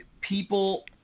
people